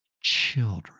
children